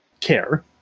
care